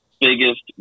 biggest